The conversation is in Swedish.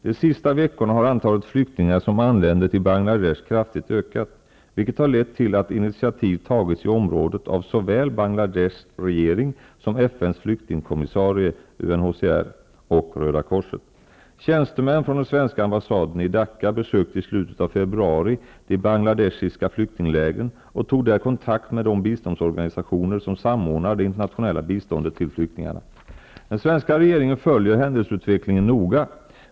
De sista veckorna har antalet flyktingar som anländer till Bangladesh kraftigt ökat, vilket har lett till att initiativ tagits i området av såväl Bangladesh regering som FN:s flyktingkommissarie och Tjänstemän från den svenska ambassaden i Dacca besökte i slutet av feb ruari de bangladeshiska flyktinglägren och tog där kontakt med de bistånds organisationer som samordnar det internationella biståndet till flyktingarna. Den svenska regeringen följer händelseutvecklingen noga.